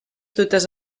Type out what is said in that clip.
dutes